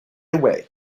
away